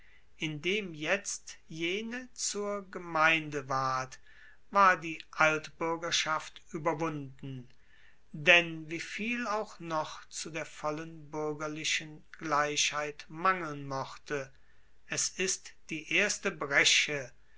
indem jetzt jene zur gemeinde ward war die altbuergerschaft ueberwunden denn wieviel auch noch zu der vollen buergerlichen gleichheit mangeln mochte es ist die erste bresche